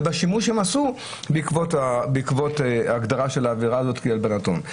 ובשימוש שהם עשו בעקבות ההגדרה של העבירה הזאת לפי הלבנת הון.